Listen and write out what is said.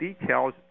details